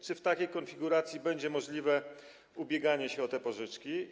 Czy w takiej konfiguracji będzie możliwe ubieganie się o te pożyczki?